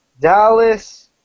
Dallas